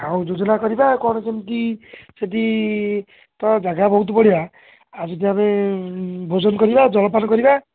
ଆଉ ଯୋଜନା କରିବା କ'ଣ କେମିତି ସେଠି ତ ଜାଗା ବହୁତ ବଢ଼ିଆ ଆଉ ଯଦି ଆମେ ଭୋଜନ କରିବା ଜଳପାନ କରିବା